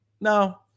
no